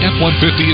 F-150